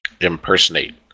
Impersonate